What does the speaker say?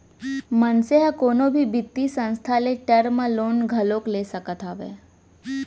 मनसे ह कोनो भी बित्तीय संस्था ले टर्म लोन घलोक ले सकत हावय